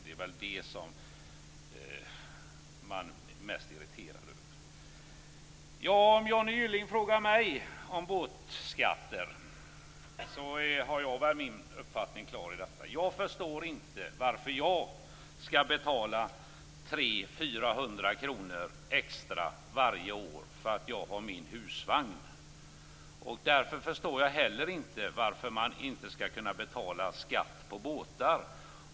Det är väl det som man är mest irriterad över. Om Johnny Gylling frågar mig om båtskatter har jag min uppfattning klar. Jag förstår inte varför jag skall betala 300-400 kr extra varje år för att jag har husvagn, och därför förstår jag heller inte varför man inte skall kunna betala skatt på båtar.